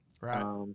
Right